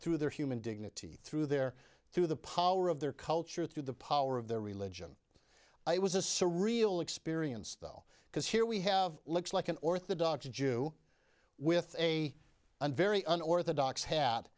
through their human dignity through their through the power of their culture through the power of their religion i was a surreal experience though because here we have looks like an orthodox jew with a and very unorthodox hat